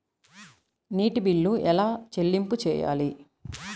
నీటి బిల్లు ఎలా చెల్లింపు చేయాలి?